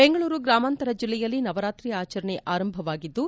ಬೆಂಗಳೂರು ಗ್ರಾಮಾಂತರ ಜಿಲ್ಲೆಯಲ್ಲಿ ನವರಾತ್ರಿ ಆಚರಣೆ ಆರಂಭವಾಗಿದ್ದು